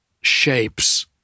shapes